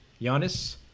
Giannis